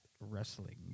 wrestling